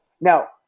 Now